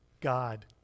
God